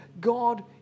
God